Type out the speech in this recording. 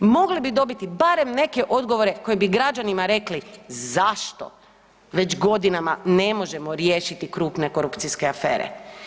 Mogli bi dobiti barem neke odgovore koji bi građanima rekli zašto već godinama ne možemo riješiti krupne korupcijske afere.